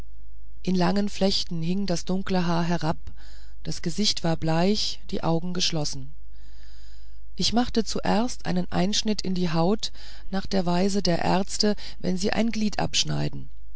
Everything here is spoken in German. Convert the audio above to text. in langen flechten hing das dunkle haar herab das gesicht war bleich die augen geschlossen ich machte zuerst einen einschnitt in die haut nach der weise der ärzte wenn sie ein glied abschneiden